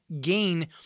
gain